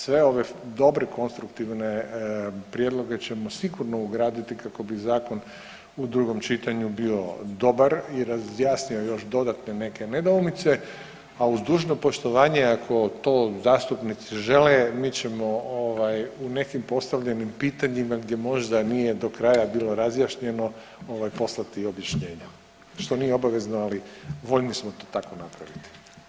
Sve ove dobre konstruktivne prijedloge ćemo sigurno ugraditi kako bi zakon u drugom čitanju bio dobar i razjasnio još dodatne neke nedoumice, a uz dužno poštovanje ako to zastupnici žele mi ćemo u nekim postavljenim pitanjima gdje možda nije do kraja bilo razjašnjeno poslati i objašnjenja što nije obavezno, ali voljni smo to tako napraviti.